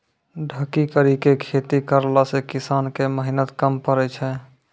ढकी करी के खेती करला से किसान के मेहनत कम पड़ै छै